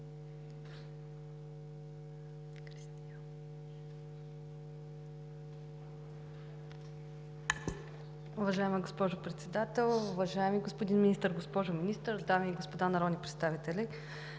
Уважаема госпожо Председател, уважаеми господин Министър, госпожо Министър, дами и господа народни представители!